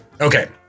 Okay